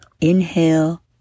Inhale